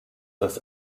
das